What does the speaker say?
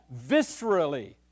viscerally